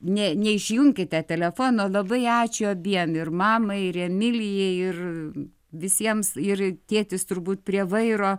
ne neišjunkite telefono labai ačiū abiem ir mamai ir emilijai ir visiems ir tėtis turbūt prie vairo